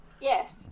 Yes